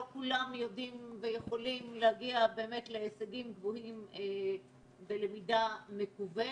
לא כולם יודעים ויכולים להגיע להישגים גבוהים בלמידה מקוונת.